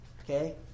Okay